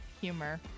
humor